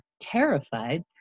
terrified